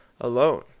alone